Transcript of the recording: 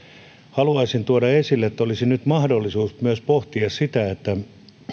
haluaisin tuoda esille että nyt olisi mahdollisuus pohtia myös sitä että